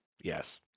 yes